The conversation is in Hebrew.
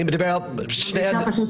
אני מדבר על שני הטפסים.